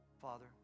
Father